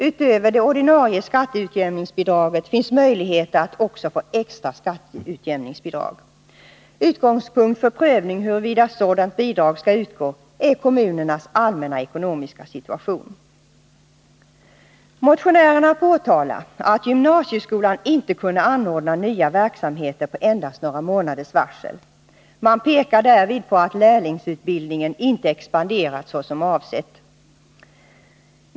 Utöver det ordinarie skatteutjämningsbidraget finns möjligheter att få extra skatteutjämningsbidrag. Utgångspunkt för prövning huruvida sådant bidrag skall utgå är kommunernas allmänna ekonomiska situation. Motionärerna påpekar att gymnasieskolan inte kunde anordna nya verksamheter med endast några månaders varsel. Man pekar därvid på att lärlingsutbildningen inte expanderat såsom var avsett.